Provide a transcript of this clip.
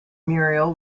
muriel